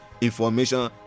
information